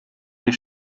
des